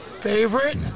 Favorite